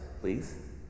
please